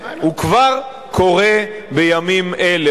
הוא כבר קורה בימים אלה.